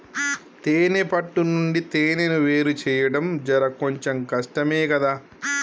తేనే పట్టు నుండి తేనెను వేరుచేయడం జర కొంచెం కష్టమే గదా